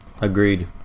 Agreed